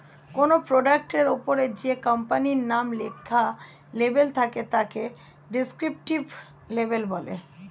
কোনো প্রোডাক্টের ওপরে যে কোম্পানির নাম লেখা লেবেল থাকে তাকে ডেসক্রিপটিভ লেবেল বলে